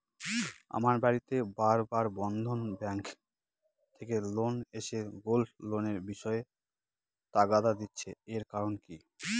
আমার বাড়িতে বার বার বন্ধন ব্যাংক থেকে লোক এসে গোল্ড লোনের বিষয়ে তাগাদা দিচ্ছে এর কারণ কি?